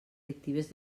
lectives